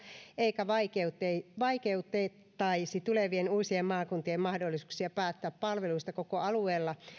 eikä vaikeutettaisi vaikeutettaisi tulevien uusien maakuntien mahdollisuuksia päättää palveluista koko alueella